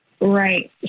Right